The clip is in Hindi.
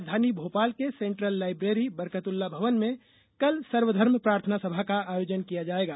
राजधानी भोपाल के सेंट्रल लाइब्रेरी बरकतुल्ला भवन में कल सर्वधर्म प्रार्थनासभा का आयोजन किया जाएगा